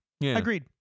Agreed